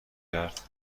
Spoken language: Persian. کرد